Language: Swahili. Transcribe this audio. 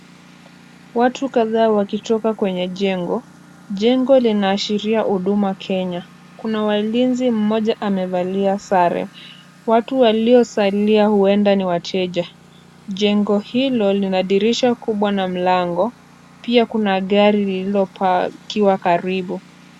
Watu kadhaa wakitoka kwenye jengo. Jengo linaashiria Huduma Kenya. Kuna walinzi mmoja amevalia sare. Watu waliosalia huenda ni wateja. Jengo hilo lina dirisha kubwa na mlango, pia kuna gari lililopakiwa karibu.